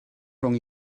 rhwng